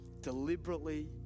deliberately